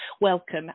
welcome